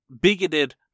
bigoted